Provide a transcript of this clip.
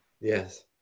Yes